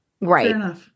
Right